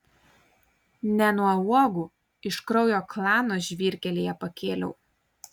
ne nuo uogų iš kraujo klano žvyrkelyje pakėliau